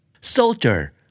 Soldier